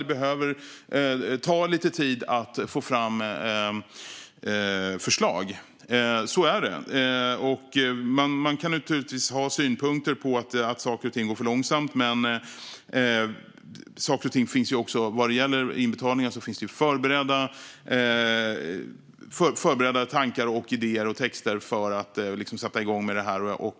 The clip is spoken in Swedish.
Det behöver ta lite tid att få fram förslag - så är det. Man kan naturligtvis ha synpunkter på att saker och ting går för långsamt, men vad gäller inbetalningar finns det ju förberedda tankar, idéer och texter för att sätta igång med detta.